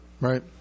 right